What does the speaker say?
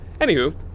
Anywho